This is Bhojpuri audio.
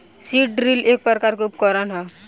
सीड ड्रिल एक प्रकार के उकरण ह